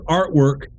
artwork